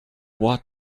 what